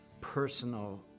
personal